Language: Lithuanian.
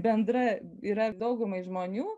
bendra yra daugumai žmonių